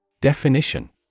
Definition